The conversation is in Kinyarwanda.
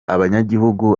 abanyagihugu